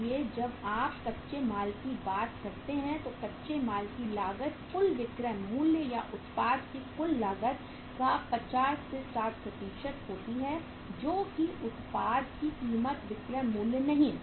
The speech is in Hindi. इसलिए जब आप कच्चे माल की बात करते हैं तो कच्चे माल की लागत कुल विक्रय मूल्य या उत्पाद की कुल लागत का 50 60 होती है जो की उत्पाद की कीमत विक्रय मूल्य नहीं